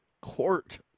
court